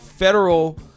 federal